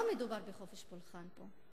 לא מדובר בחופש פולחן פה,